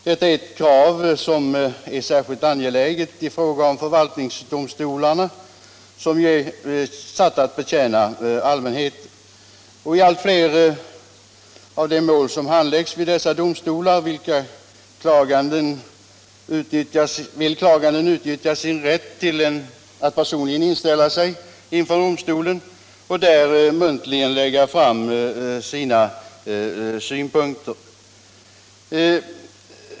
Detta är ett krav som är särskilt angeläget i fråga om förvaltningsdomstolarna, som ju är satta att betjäna allmänheten. I allt fler av de mål som handläggs vid dessa domstolar vill klaganden utnyttja sin rätt att personligen inställa sig inför domstolen och där muntligen lägga fram sina synpunkter.